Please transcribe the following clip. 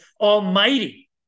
almighty